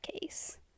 case